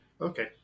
okay